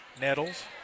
Nettles